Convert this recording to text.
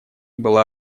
была